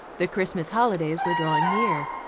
the christmas holidays were drawing near.